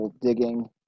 digging